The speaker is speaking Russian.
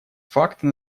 факты